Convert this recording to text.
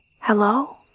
Hello